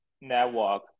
network